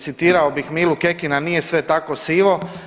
Citirao bih Milu Kekina nije sve tako sivo.